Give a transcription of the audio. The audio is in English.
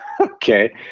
Okay